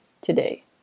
today